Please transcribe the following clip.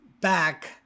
back